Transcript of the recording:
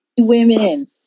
women